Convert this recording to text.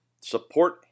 support